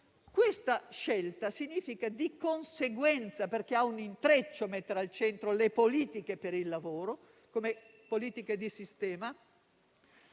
Questa scelta implica come conseguenza, perché è un intreccio mettere al centro le politiche per il lavoro come politiche di sistema,